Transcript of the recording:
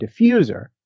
diffuser